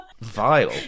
Vile